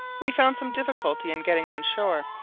we found some difficulty in getting on shore,